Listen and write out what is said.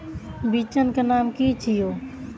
बिचन के नाम की छिये?